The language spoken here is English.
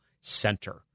center